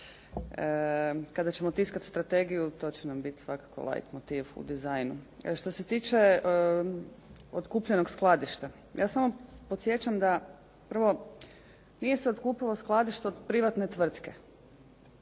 Kada ćemo tiskati Strategiju to će nam biti svakako light motiv u dizajnu. Što se tiče otkupljenog skladišta, ja samo podsjećam da prvo nije se otkupilo skladište od privatne tvrtke,